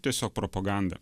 tiesiog propaganda